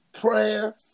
prayer